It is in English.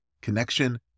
Connection